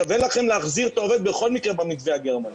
שווה לכם להחזיר את העובד בכל מקרה במתווה הגרמני.